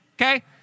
okay